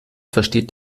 versteht